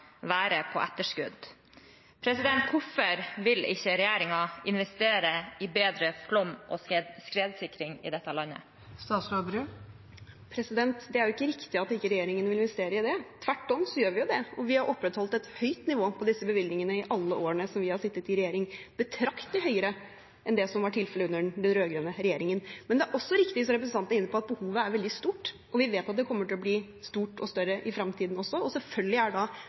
skredsikring i dette landet? Det er ikke riktig at regjeringen ikke vil investere i det. Tvert om gjør vi det. Vi har opprettholdt et høyt nivå på disse bevilgningene i alle årene vi har sittet i regjering, betraktelig høyere enn det som var tilfellet under den rød-grønne regjeringen. Men det er også riktig, som representanten er inne på, at behovet er veldig stort, og vi vet at det kommer til å bli stort og større i fremtiden også. Selvfølgelig er